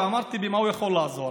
ואמרתי במה הוא יכול לעזור,